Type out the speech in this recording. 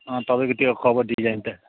अँ तपाईँको त्यो कभर डिजाइन त